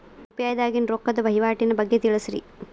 UPI ದಾಗಿನ ರೊಕ್ಕದ ವಹಿವಾಟಿನ ಬಗ್ಗೆ ತಿಳಸ್ರಿ